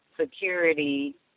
Security